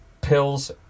pills